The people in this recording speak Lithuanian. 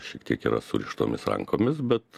šiek tiek yra surištomis rankomis bet